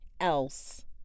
else